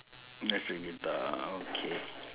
electric guitar okay